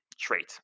trait